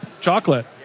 Chocolate